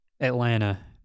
Atlanta